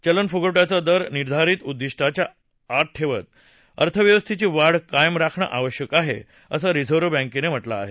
चलनफुगवट्याचा दर निर्धारित उद्दिष्टाच्या आत ठेवत अर्थव्यवस्थेची वाढ कायम राखणं आवश्यक आहे असं रिझव्ह बँकनं म्हटलं आहे